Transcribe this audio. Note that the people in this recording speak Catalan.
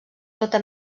tota